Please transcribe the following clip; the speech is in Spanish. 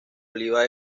oliva